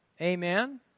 Amen